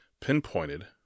pinpointed